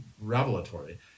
revelatory